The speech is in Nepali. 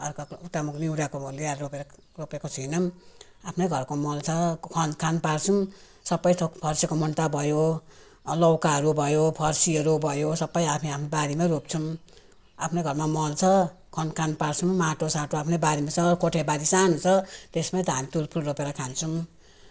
अर्काको ल्याएर रोपेर रोपेको छैनौँ आफ्नै घरको मल छ खनखान पार्छौँ सबै थोक फर्सीको मुन्टा भयो लौकाहरू भयो फर्सीहरू भयो सबै हामी आफ्नो बारीमै रोप्छौँ आफ्नै घरमा मल छ खनखान पार्छौँ माटोसाटो आफ्नै बारीमा छ कोठोबारी सानो छ त्यसमै त हामी तुलफुल रोपेर खान्छौँ